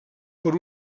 per